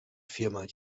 viermal